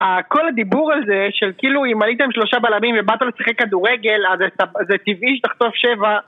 כל הדיבור הזה של כאילו אם הייתם שלושה בלמים ובאת לשחק כדורגל אז זה טבעי שתחתוף שבע